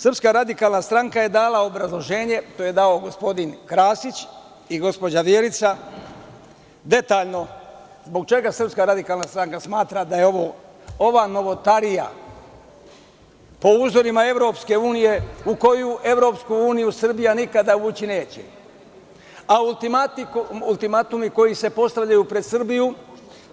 Srpska radikalna stranka je dala obrazloženje, to je dao gospodin Krasić i gospođa Vjerica, detaljno, zbog čega SRS smatra da je ova novotarija po uzorima EU u koju EU Srbija nikada ući neće, a ultimatumi koji se postavljaju pred Srbiju